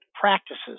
practices